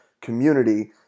community